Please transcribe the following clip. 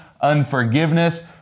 unforgiveness